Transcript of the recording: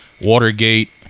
Watergate